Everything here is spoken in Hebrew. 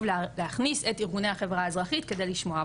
להכניס את ארגוני החברה האזרחית כדי לשמוע,